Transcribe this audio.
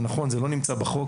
זה נכון זה לא נמצא בחוק,